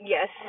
Yes